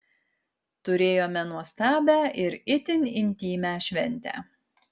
turėjome nuostabią ir itin intymią šventę